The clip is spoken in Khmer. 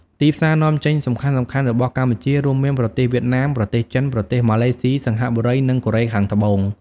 ទីផ្សារនាំចេញសំខាន់ៗរបស់កម្ពុជា រួមមាន ប្រទេសវៀតណាម ប្រទេសចិន ប្រទេសម៉ាឡេស៊ី សិង្ហបុរី និងកូរ៉េខាងត្បូង។